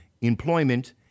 employment